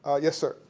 ah yes, sir